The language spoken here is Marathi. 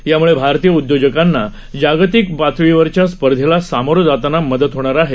यामुळे भारतीय उदयोजकांना जागतिक पातळीवरच्या स्पर्धेला सामोरं जाताना मदत होणार आहे